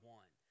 one